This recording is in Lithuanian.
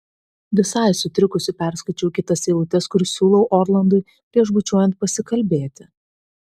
visai sutrikusi perskaičiau kitas eilutes kur siūlau orlandui prieš bučiuojant pasikalbėti